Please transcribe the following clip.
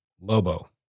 lobo